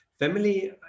Family